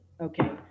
Okay